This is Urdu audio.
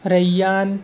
ریان